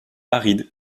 arides